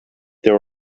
there